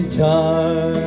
time